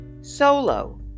solo